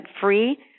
free